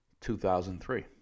2003